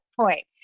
point